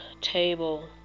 table